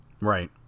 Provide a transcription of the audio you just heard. Right